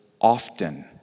often